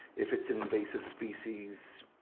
if it's and invasive species,